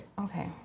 Okay